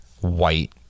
white